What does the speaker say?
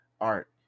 art